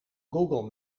google